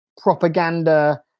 Propaganda